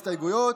את ההסתייגויות,